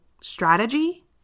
strategy